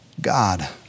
God